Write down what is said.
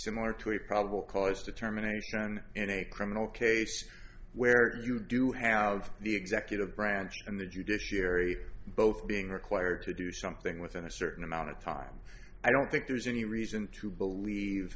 similar to a probable cause determination in a criminal case where you do have the executive branch and the judiciary both being required to do something within a certain amount of time i don't think there's any reason to believe